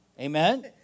Amen